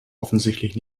offensichtlich